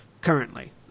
currently